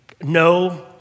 no